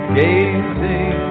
gazing